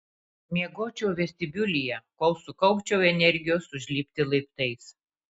miegočiau vestibiulyje kol sukaupčiau energijos užlipti laiptais